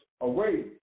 away